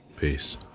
Peace